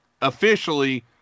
officially